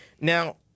Now